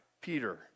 Peter